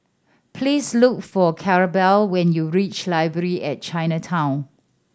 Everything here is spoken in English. please look for Claribel when you reach Library at Chinatown